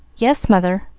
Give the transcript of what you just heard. yes, mother.